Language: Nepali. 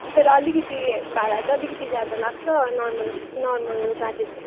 तर अलिकति भाडा चाहिँ अलिकति ज्यादा लाग्छ नर्मल नर्मल गाडीहरू